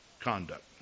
conduct